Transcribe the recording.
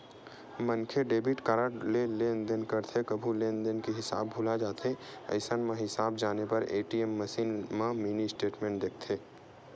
मनखे debit card ले लेनदेन करथे कभू लेनदेन के हिसाब भूला जाथे अइसन म हिसाब जाने बर ए.टी.एम मसीन म मिनी स्टेटमेंट देखथे